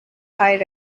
high